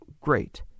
Great